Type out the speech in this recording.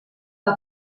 que